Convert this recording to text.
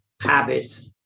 habits